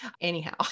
Anyhow